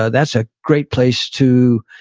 ah that's a great place to,